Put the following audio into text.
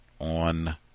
on